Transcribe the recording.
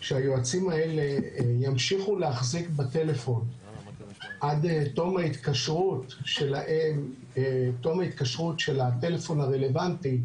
שהיועצים האלה ימשיכו להחזיק בטלפון עד תום ההתקשרות של הטלפון הרלוונטי